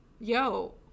yo